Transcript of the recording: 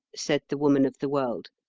said the woman of the world,